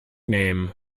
name